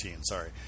sorry